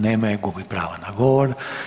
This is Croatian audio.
Nema je, gubi pravo na govor.